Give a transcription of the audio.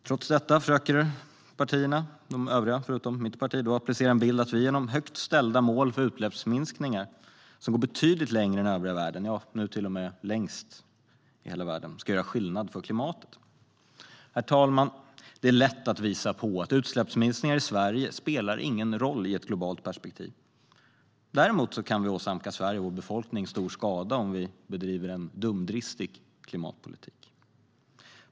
Trots detta försöker de övriga partierna att applicera en bild av att vi genom högt ställda mål för utsläppsminskningar, som går betydligt längre än övriga världen, till och med längst i hela världen, ska göra skillnad för klimatet. Herr talman! Det är lätt att visa att utsläppsminskningar i Sverige inte spelar någon roll ur ett globalt perspektiv. Däremot kan vi åsamka Sverige och vår befolkning stor skada genom att föra en dumdristig klimatpolitik.